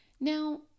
Now